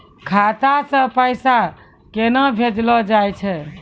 खाता से पैसा केना भेजलो जाय छै?